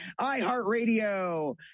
iHeartRadio